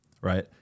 right